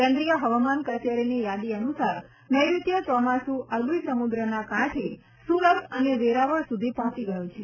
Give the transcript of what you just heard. કેન્દ્રિય હવામાન કચેરીની યાદી અનુસાર નૈઋત્ય ચોમાસ અરબી સમ્દ્રના કાંઠે સુરત અને વેરાવળ સુધી પહોંચી ગ્યું છે